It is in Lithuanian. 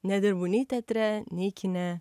nedirbu nei teatre nei kine